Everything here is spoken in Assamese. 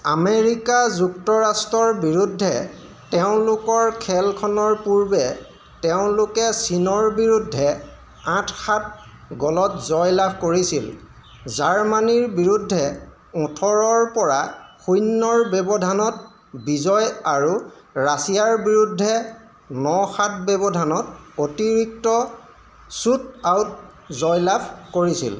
আমেৰিকা যুক্তৰাষ্ট্ৰৰ বিৰুদ্ধে তেওঁলোকৰ খেলখনৰ পূৰ্বে তেওঁলোকে চীনৰ বিৰুদ্ধে আঠ সাত গ'লত জয় লাভ কৰিছিল জাৰ্মানীৰ বিৰুদ্ধে ওঠৰৰ পৰা শূন্যৰ ব্যৱধানত বিজয় আৰু ৰাছিয়াৰ বিৰুদ্ধে ন সাত ব্যৱধানত অতিৰিক্ত শ্বুট আউট জয় লাভ কৰিছিল